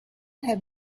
have